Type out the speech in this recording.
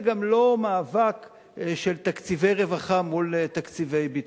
זה גם לא מאבק של תקציבי רווחה מול תקציבי ביטחון.